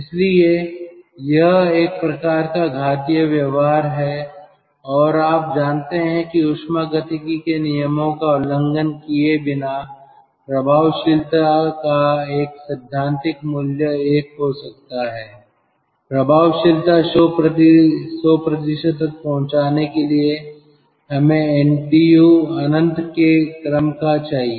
इसलिए यह एक प्रकार का घातीय व्यवहार है और आप जानते हैं कि ऊष्मागतिकी के नियमों का उल्लंघन किए बिना प्रभावशीलता का एक सैद्धांतिक मूल्य एक हो सकता है प्रभावशीलता 100 तक पहुंचाने के लिए हमें एनटीयू अनंत के क्रम का चाहिए